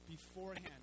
beforehand